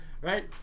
Right